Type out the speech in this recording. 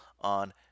on